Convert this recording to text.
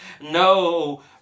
no